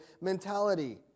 mentality